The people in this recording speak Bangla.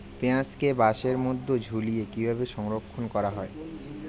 পেঁয়াজকে বাসের মধ্যে ঝুলিয়ে কিভাবে সংরক্ষণ করা হয়?